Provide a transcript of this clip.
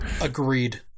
Agreed